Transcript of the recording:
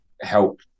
help